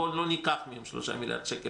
בואו לא ניקח מהם 3 מיליארד שקל.